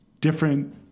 different